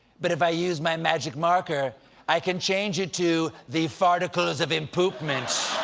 but if i use my magic marker i can change it to the farticles of impoop-ment